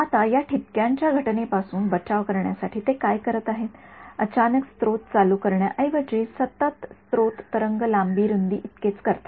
आता या ठिपक्यांच्या घटनेपासून बचाव करण्यासाठी ते काय करीत आहेत अचानक स्त्रोत चालू करण्याऐवजी सतत स्त्रोत तरंगलांबी रुंदी इतकेच करतात